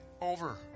over